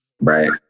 Right